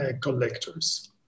collectors